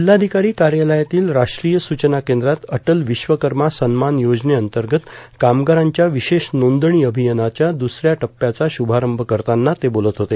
जिल्हाधिकारी कार्यालयातील राष्ट्रीय सूचना केंद्रात अटल विश्वकर्मा सन्मान योजनेंतर्गत कामगारांच्या विशेष नोंदणी अभियानाच्या दुसऱ्या टप्प्याचा शुभारंभ करताना ते बोलत होते